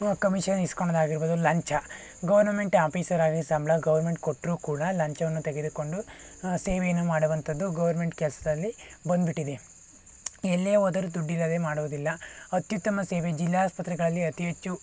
commission ಇಸ್ಕೊಳ್ಳೋದಾಗಿರ್ಬೋದು ಲಂಚ government ಆಪೀಸರಿಗೆ ಸಂಬಳ ಗೌರ್ಮೆಂಟ್ ಕೊಟ್ಟರು ಕೂಡ ಲಂಚವನ್ನು ತೆಗೆದುಕೊಂಡು ಸೇವೆಯನ್ನು ಮಾಡುವಂತಥದ್ದು ಗೌರ್ಮೆಂಟ್ ಕೆಲಸದಲ್ಲಿ ಬಂದ್ಬಿಟ್ಟಿದೆ ಎಲ್ಲೇ ಹೋದರೂ ದುಡ್ಡಿಲ್ಲದೇ ಮಾಡುವುದಿಲ್ಲ ಅತ್ಯುತ್ತಮ ಸೇವೆ ಜಿಲ್ಲಾಸ್ಪತ್ರೆಗಳಲ್ಲಿ ಅತಿ ಹೆಚ್ಚು